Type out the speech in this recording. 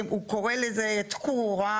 הוא קורא לזה תקורה,